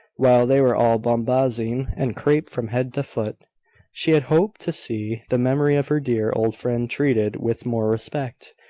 while they were all bombazine and crape from head to foot she had hoped to see the memory of her dear old friend treated with more respect.